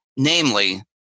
Namely